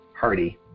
Hardy